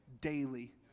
daily